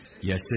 Yes